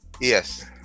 Yes